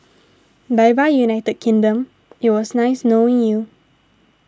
bye bye United Kingdom it was nice knowing you